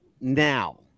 now